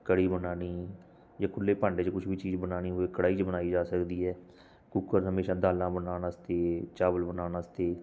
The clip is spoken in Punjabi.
ਕੜ੍ਹੀ ਬਣਾਉਣੀ ਜੇ ਖੁੱਲੇ ਭਾਂਡੇ 'ਚ ਕੁਛ ਵੀ ਚੀਜ਼ ਬਣਾਉਣੀ ਹੋਵੇ ਕੜਾਹੀ 'ਚ ਬਣਾਈ ਜਾ ਸਕਦੀ ਹੈ ਕੂਕਰ ਹਮੇਸ਼ਾ ਦਾਲਾਂ ਬਣਾਉਣ ਵਾਸਤੇ ਚਾਵਲ ਬਣਾਉਣ ਵਾਸਤੇ